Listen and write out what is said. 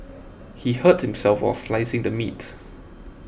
he hurt himself while slicing the meat